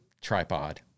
tripod